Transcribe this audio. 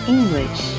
English